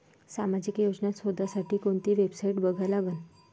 सामाजिक योजना शोधासाठी कोंती वेबसाईट बघा लागन?